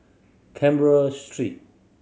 Canberra Street